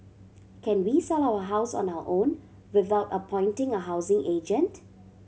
can we sell our house on our own without appointing a housing agent